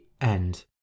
end